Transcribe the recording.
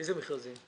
איזה מכרזים?